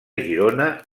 girona